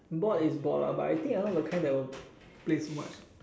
bored is bored lah but I think I'm not the kind that will play too much